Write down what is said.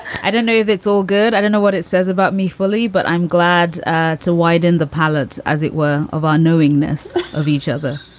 i don't know if that's all good. i don't know what it says about me fully, but i'm glad to widen the palette, as it were, of our unknowingness of each other.